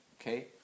Okay